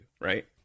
right